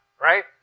right